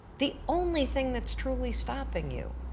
the only thing that's truly stopping you